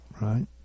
right